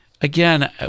again